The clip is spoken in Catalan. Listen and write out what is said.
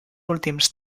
últims